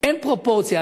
אין פרופורציה.